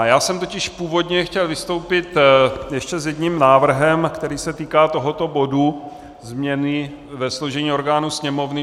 Já jsem totiž původně chtěl vystoupit ještě s jedním návrhem, který se týká tohoto bodu změny ve složení orgánů Sněmovny.